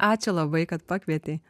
ačiū labai kad pakvietei